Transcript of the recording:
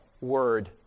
word